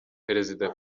perezida